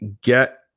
get